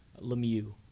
Lemieux